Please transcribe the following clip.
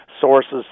sources